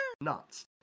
nuts